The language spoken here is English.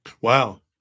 Wow